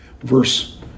Verse